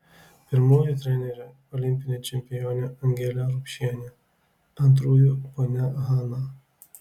pirmųjų trenerė olimpinė čempionė angelė rupšienė antrųjų ponia hana